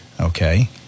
Okay